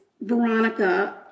Veronica